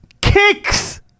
kicks